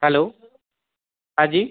hello हाँ जी